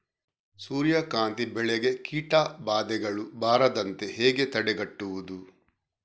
ಸೂರ್ಯಕಾಂತಿ ಬೆಳೆಗೆ ಕೀಟಬಾಧೆಗಳು ಬಾರದಂತೆ ಹೇಗೆ ತಡೆಗಟ್ಟುವುದು?